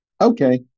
Okay